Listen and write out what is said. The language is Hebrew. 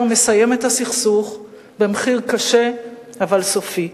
מסיים את הסכסוך במחיר קשה אבל סופי.